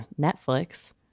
Netflix